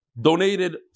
donated